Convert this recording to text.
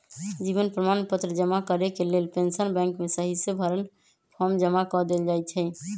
जीवन प्रमाण पत्र जमा करेके लेल पेंशन बैंक में सहिसे भरल फॉर्म जमा कऽ देल जाइ छइ